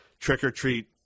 trick-or-treat